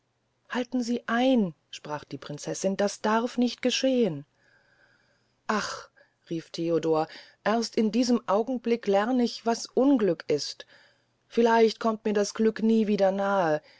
halten sie ein sprach die prinzessin das darf nicht geschehn ach rief theodor erst in diesem augenblicke lern ich was unglück ist vielleicht kommt mir das glück nie wie der nah